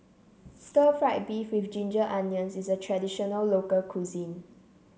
stir fry beef with Ginger Onions is a traditional local cuisine